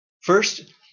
First